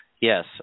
Yes